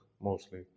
mostly